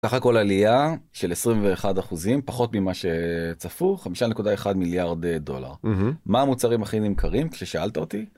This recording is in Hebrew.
סך הכל עלייה של 21%, פחות ממה שצפו, 5.1 מיליארד דולר. מה המוצרים הכי נמכרים ששאלת אותי?